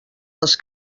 les